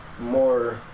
more